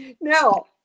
Now